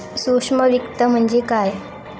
सूक्ष्म वित्त म्हणजे काय?